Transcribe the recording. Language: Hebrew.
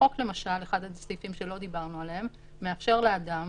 אחד הסעיפים שלא דיברנו עליהם בחוק מאפשר לאדם